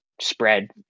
spread